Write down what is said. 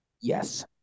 Yes